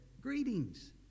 greetings